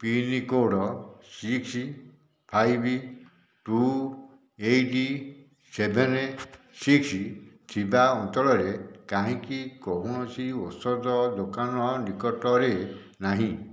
pincode six five two eight seven six ଥିବା ଅଞ୍ଚଳରେ କାହିଁକି କୌଣସି ଔଷଧ ଦୋକାନ ନିକଟରେ ନାହିଁ